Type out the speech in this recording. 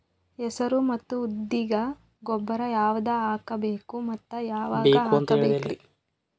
ಹೆಸರು ಮತ್ತು ಉದ್ದಿಗ ಗೊಬ್ಬರ ಯಾವದ ಹಾಕಬೇಕ ಮತ್ತ ಯಾವಾಗ ಹಾಕಬೇಕರಿ?